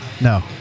No